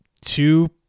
two